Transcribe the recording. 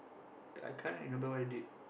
I can't remember what I did